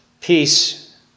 Peace